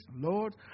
Lord